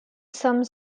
some